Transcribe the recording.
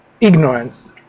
ignorance